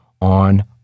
on